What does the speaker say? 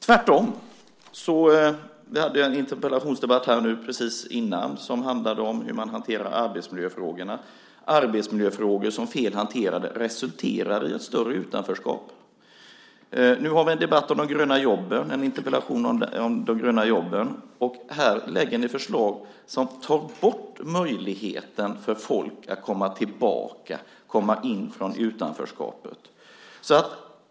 Tvärtom hade vi alldeles nyss en interpellationsdebatt som handlade om hur man hanterar arbetsmiljöfrågorna, frågor som fel hanterade resulterar i ett större utanförskap. Nu har vi en interpellationsdebatt om de gröna jobben, och här lägger ni fram förslag som tar bort möjligheten för folk att komma tillbaka från utanförskapet.